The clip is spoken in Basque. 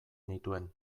nituen